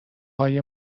های